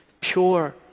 pure